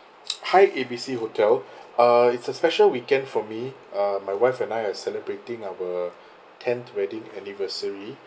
hi A B C hotel uh it's a special weekend for me uh my wife and I are celebrating our tenth wedding anniversary